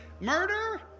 Murder